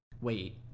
Wait